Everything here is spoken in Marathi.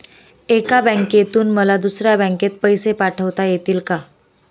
एका बँकेतून मला दुसऱ्या बँकेत पैसे पाठवता येतील का?